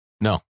No